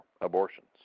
abortions